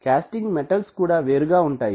casting metals కూడా వేరుగా ఉంటాయి